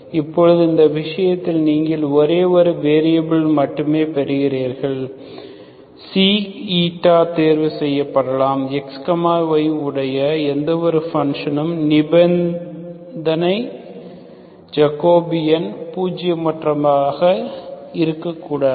இப்போது இந்த விஷயத்தில் நீங்கள் ஒரே ஒரு வெரியபில் மட்டுமே பெறுகிறீர்கள் தேர்வு செய்யலாம் x y உடைய எந்தவொரு பன்ஷனுககும் நிபந்தனை ஜக்கோபியன் பூஜ்ஜியமாக இருக்கக்கூடாது